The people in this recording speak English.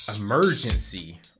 emergency